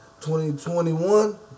2021